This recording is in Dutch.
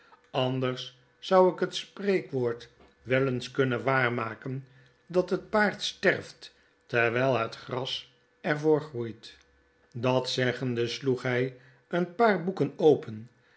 anders zou ik het spreekwoord wel eens kunnen waar maken dat ht paard sterft terwyl het gras er voor groeit m dt zeggende sloeg hy een paar boeken qpen